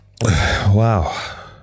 Wow